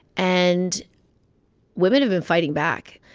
and women have been fighting back.